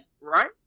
Right